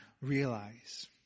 realize